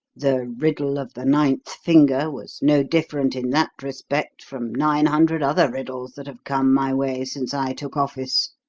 the riddle of the ninth finger was no different in that respect from nine hundred other riddles that have come my way since i took office.